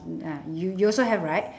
you you also have right